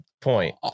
point